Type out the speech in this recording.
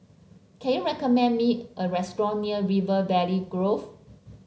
can you recommend me a restaurant near River Valley Grove